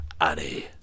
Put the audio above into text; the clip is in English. Annie